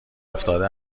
افتاده